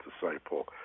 disciple